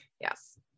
yes